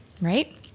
Right